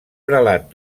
prelat